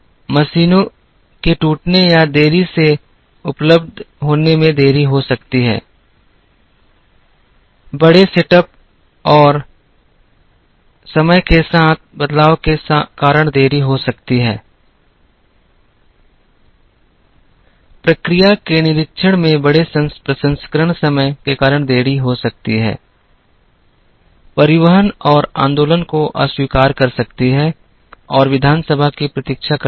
मशीनों के टूटने या देरी से उपलब्ध होने में देरी हो सकती है बड़े सेट अप और समय के साथ बदलाव के कारण देरी हो सकती है प्रक्रिया के निरीक्षण में बड़े प्रसंस्करण समय के कारण देरी हो सकती है परिवहन और आंदोलन को अस्वीकार कर सकती है और विधानसभा की प्रतीक्षा कर सकती है